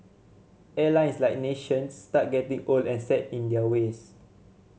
airlines like nations start getting old and set in their ways